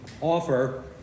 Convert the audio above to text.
offer